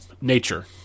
Nature